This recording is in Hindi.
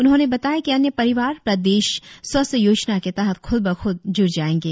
उन्होंने बताया कि अन्य परिवार प्रदेश स्वास्थ्य योजना के तहत खुद ब खुद जुड़ जाएगें